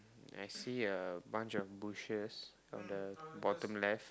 I see a bunch of bushes on the bottom left